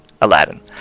aladdin